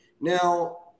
Now